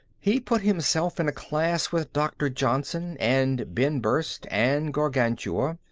he put himself in a class with dr. johnson, and ben brust, and gargantua,